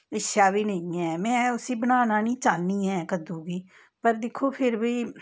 इच्छा बी नेईं है में उस्सी बनाना निं चाह्न्नी ऐं कद्दू गी पर दिक्खो फिर बी